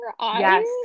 yes